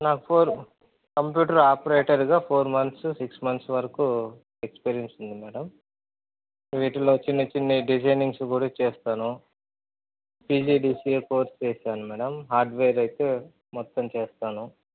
నాకు four computer ఆపరేటర్గా four months six months వరకు ఎక్స్పీరియన్స్ ఉంది మేడం వీటిలో చిన్ని చిన్ని డిజైనింగ్స్ కూడా చేస్తాను పిజిడిసిఎ కోర్సు కూడా చేశాను మేడం హార్డ్వేర్ అయితే మొత్తం చేస్తాను